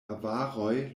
avaroj